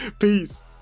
Peace